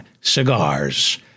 cigars